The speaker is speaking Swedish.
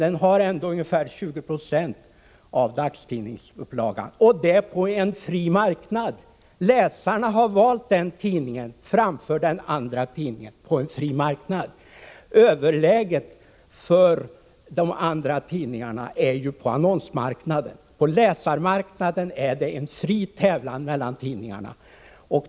Men kom ihåg att den ändå har ungefär 20 96 av dagstidningsupplagan, och detta på en fri marknad! Läsarna har valt en socialdemokratisk tidning framför någon annan tidning på denna fria marknad. Det övertag som de andra tidningarna har hänför sig till annonsmarknaden. På ”läsarmarknaden” är det en fri tävlan mellan tidningarna.